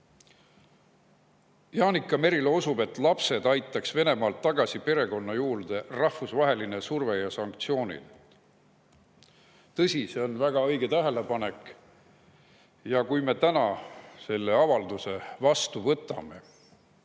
Jaanika Merilo usub, et lapsed aitaks Venemaalt tagasi perekonna juurde rahvusvaheline surve ja sanktsioonid. Tõsi, see on väga õige tähelepanek. Ja kui me täna selle avalduse vastu võtame,